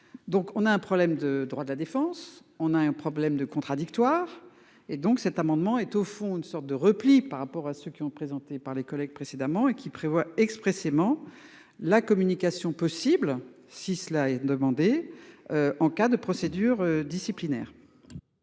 Donc on a un problème de droit de la défense. On a un problème de contradictoire et donc cet amendement est au fond une sorte de repli par rapport à ceux qui ont présenté par les collègues précédemment et qui prévoit expressément la communication possible si cela est demandé. En cas de procédure disciplinaire.